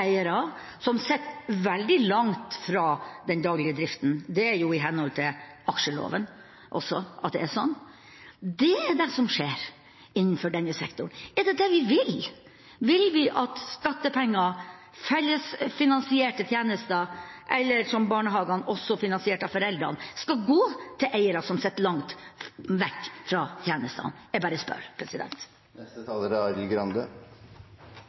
eiere som sitter veldig langt fra den daglige driften – det er jo i henhold til aksjeloven også at det er sånn. Det er det som skjer innenfor denne sektoren. Er det det vi vil? Vil vi at skattepenger – fellesfinansierte tjenester eller, som barnehagene, også finansiert av foreldrene – skal gå til eiere som sitter langt vekk fra tjenestene? Jeg bare